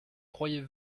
croyait